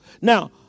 Now